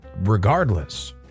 regardless